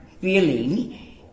feeling